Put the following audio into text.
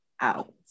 out